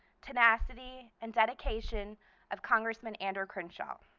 tenacity, and dedication of congressman ander crenshaw,